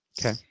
okay